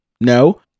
No